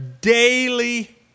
daily